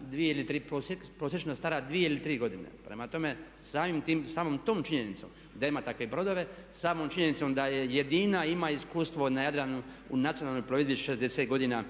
2 ili 3, prosječno stara 2 ili 3 godine. Prema tome, samim tim, samom tom činjenicom da ima takve brodove, samom činjenicom da je jedina ima iskustvo na Jadranu u nacionalnoj plovidbi 60 godina